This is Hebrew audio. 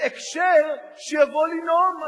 בהקשר שיבוא לנאום,